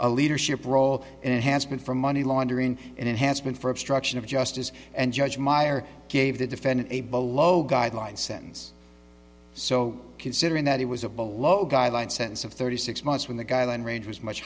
a leadership role all it has been for money laundering and enhancement for obstruction of justice and judge meyer gave the defendant a below guideline sentence so considering that it was a low guideline sentence of thirty six months when the guideline range was much